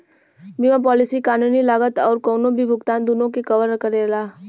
बीमा पॉलिसी कानूनी लागत आउर कउनो भी भुगतान दूनो के कवर करेला